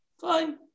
Fine